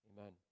amen